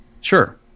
Sure